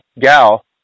gal